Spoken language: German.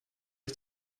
ich